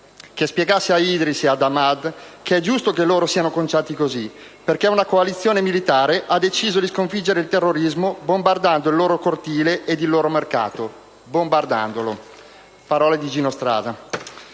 che spiegasse ad Ahmad Froh e a Idriss che è giusto che loro siano conciati così perché una coalizione militare ha deciso di "sconfiggere il terrorismo" bombardando il loro cortile e il mercato». Bombardandolo. Parole di Gino Strada.